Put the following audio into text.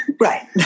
right